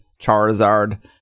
Charizard